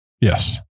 Yes